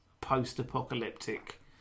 post-apocalyptic